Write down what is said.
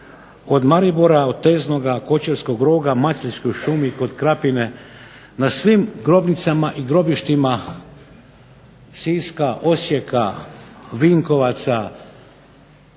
od Maribora, od Teznoga, Kočevskog roga, Maceljskoj šumi, kod Krapine, na svim grobnicama i grobištima Siska, Osijeka, Vinkovaca,